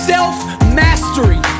Self-mastery